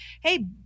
hey